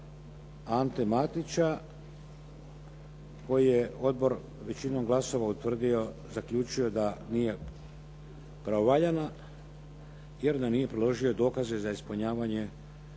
Ante Matića koji je odbor većinom glasova utvrdio, zaključio da nije pravovaljana jer da nije priložio dokaze za ispunjavanje